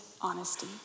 honesty